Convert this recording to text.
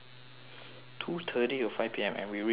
two thirty to five P_M and we reached at two o'clock